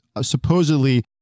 supposedly